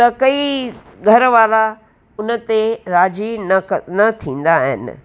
त कई घरवारा उन ते राज़ी न क न थींदा आहिनि